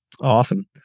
Awesome